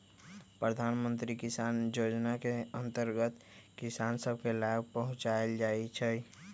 प्रधानमंत्री किसान जोजना के अंतर्गत किसान सभ के लाभ पहुंचाएल जाइ छइ